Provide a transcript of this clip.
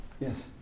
Yes